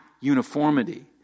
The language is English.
uniformity